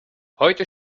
heute